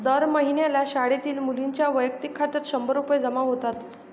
दर महिन्याला शाळेतील मुलींच्या वैयक्तिक खात्यात शंभर रुपये जमा होतात